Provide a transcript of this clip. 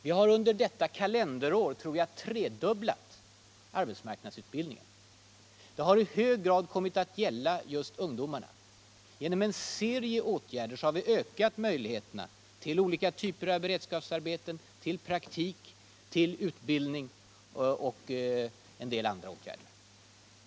Vi har under detta kalenderår, tror jag, tredubblat arbetsmarknadsutbildningen, och detta har i hög grad kommit att gälla just ungdomarna. Genom en serie åtgärder har vi ökat möjligheterna till olika typer av beredskapsarbeten, till praktik och till utbildning, och vi har även vidtagit en hel del andra åtgärder.